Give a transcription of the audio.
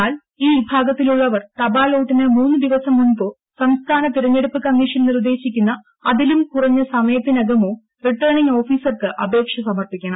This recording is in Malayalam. എന്നാൽ ഈ വിഭാഗത്തിലുള്ളവർ തപാൽ വോട്ടിന് മൂന്ന് ദിവസം മുമ്പോ സംസ്ഥാന തെരഞ്ഞെടുപ്പ് കമ്മീഷൻ നിർദേശിക്കുന്ന അതിലും കുറഞ്ഞ സമയത്തിനകമോ റിട്ടേണിംഗ് ഓഫീസർക്ക് അപേക്ഷ സമർപ്പിക്കണം